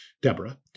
Deborah